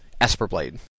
Esperblade